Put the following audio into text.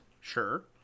Sure